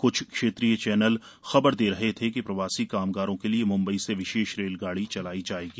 कुछ क्षेत्रीय चैनल खबर दे रहे थे कि प्रवासी कामगारों के लिए मुम्बई से विशेष रेलगाड़ी चलाई जाएगी